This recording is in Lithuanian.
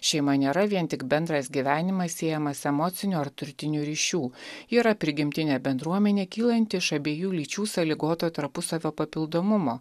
šeima nėra vien tik bendras gyvenimas siejamas emocinių ar turtinių ryšių yra prigimtinė bendruomenė kylanti iš abiejų lyčių sąlygoto tarpusavio papildomumo